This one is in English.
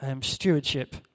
stewardship